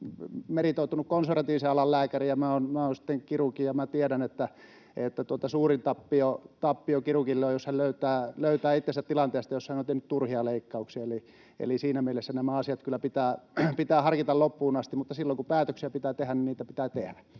olette meritoitunut konservatiivisen alan lääkäri ja minä olen sitten kirurgi. Ja minä tiedän, että suurin tappio kirurgille on, jos hän löytää itsensä tilanteesta, jossa hän on tehnyt turhia leikkauksia, eli siinä mielessä nämä asiat kyllä pitää harkita loppuun asti. Mutta silloin, kun päätöksiä pitää tehdä, niitä pitää tehdä.